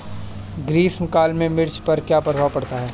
ग्रीष्म काल में मिर्च पर क्या प्रभाव पड़ता है?